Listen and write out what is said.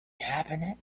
happen